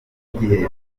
gihe